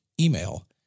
email